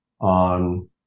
on